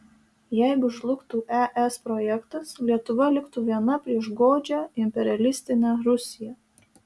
jeigu žlugtų es projektas lietuva liktų viena prieš godžią imperialistinę rusiją